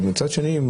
אבל מצד שני,